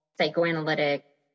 psychoanalytic